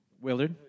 Willard